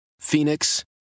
Phoenix